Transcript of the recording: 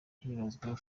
hibanzwe